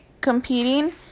competing